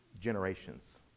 generations